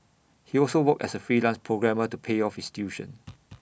he also worked as A freelance programmer to pay off his tuition